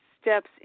steps